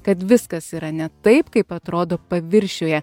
kad viskas yra ne taip kaip atrodo paviršiuje